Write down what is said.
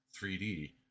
3d